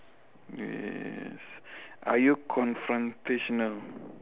yes are you confrontational